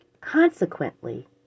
Consequently